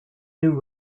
new